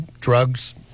Drugs